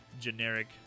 generic